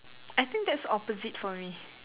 I think that's opposite for me